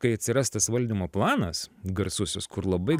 kai atsiras tas valdymo planas garsusis kur labai